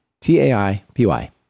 T-A-I-P-Y